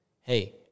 hey